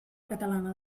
catalana